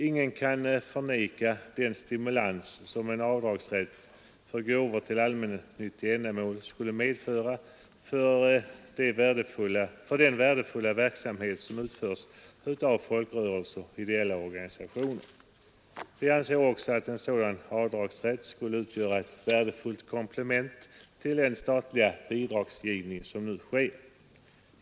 Ingen kan förneka att en avdragsrätt vid beskattningen för gåvor till allmännyttiga ändamål skulle medföra en stimulans och öka resurserna för den värdefulla verksamhet som bedrivs av folkrörelser och ideella organisationer. En sådan avdragsrätt skulle också utgöra ett värdefullt komplement till de statliga bidrag som nu utgår.